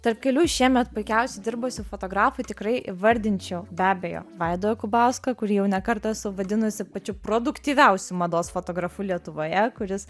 tarp kelių šiemet puikiausiai dirbusių fotografų tikrai įvardinčiau be abejo vaidą jokubauską kurį jau ne kartą esu vadinusi pačiu produktyviausiu mados fotografu lietuvoje kuris